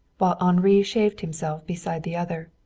while henri shaved himself beside the other.